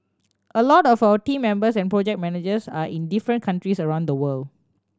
a lot of our team members and project managers are in different countries around the world